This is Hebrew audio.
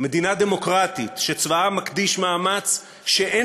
מדינה דמוקרטית שצבאה מקדיש מאמץ שאין